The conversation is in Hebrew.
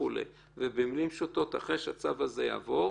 תומר, מנהל רשות האכיפה והגבייה,